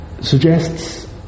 Suggests